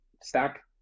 stack